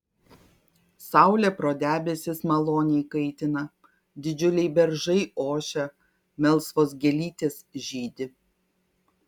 saulė pro debesis maloniai kaitina didžiuliai beržai ošia melsvos gėlytės žydi